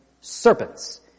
serpents